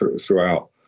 throughout